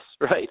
right